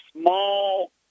small